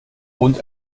und